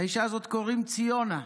לאישה הזאת קוראים ציונה.